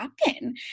happen